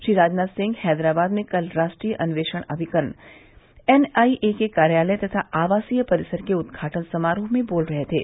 श्री राजनाथ सिंह हैदराबाद में कल राष्ट्रीय अन्वेषण अभिकरण एन आई ए के कार्यालय तथा आवासीय परिसर के उद्घाटन समारोह में बोल रहे थे